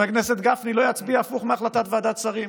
חבר הכנסת גפני לא יצביע הפוך מהחלטת ועדת שרים,